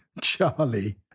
Charlie